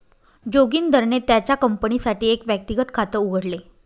जोगिंदरने त्याच्या कंपनीसाठी एक व्यक्तिगत खात उघडले